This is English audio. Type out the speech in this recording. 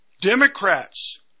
Democrats